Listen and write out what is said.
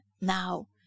now